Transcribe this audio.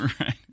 Right